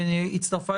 חברים,